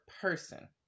person